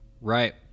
Right